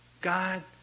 God